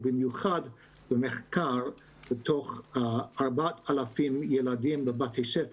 ובמיוחד במחקר בתוך 4,000 ילדים בבתי ספר